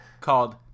called